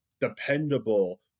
dependable